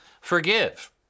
forgive